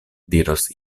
diros